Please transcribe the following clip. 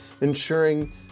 ensuring